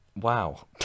wow